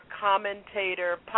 commentator